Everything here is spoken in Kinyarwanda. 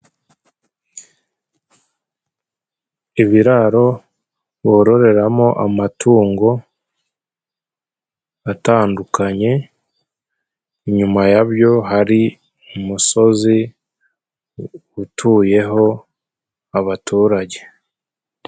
Ibiraro bororeramo amatungo atandukanye, inyuma yabyo hari umusozi utuyeho abaturage.